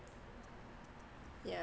yeah